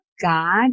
God